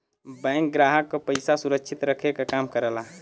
bank ग्राहक क पइसा सुरक्षित रखे क काम करला